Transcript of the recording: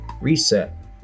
Reset